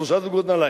אוקיי.